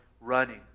running